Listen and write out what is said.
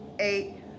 eight